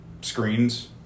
screens